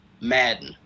Madden